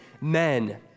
men